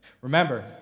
Remember